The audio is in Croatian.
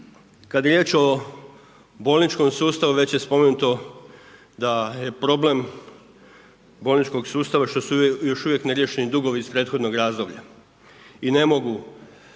Kad je riječ o bolničkom sustavu, već je spomenuto da je problem bolničkog sustava što su još uvijek neriješeni dugovi iz prethodnog razdoblja i ne mogu